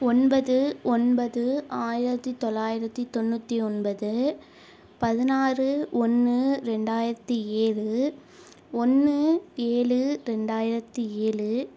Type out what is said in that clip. ஒன்பது ஒன்பது ஆயிரத்து தொள்ளாயிரத்து தொண்ணுற்றி ஒன்பது பதினாறு ஒன்று ரெண்டாயிரத்து ஏழு ஒன்று ஏழு ரெண்டாயிரத்து ஏழு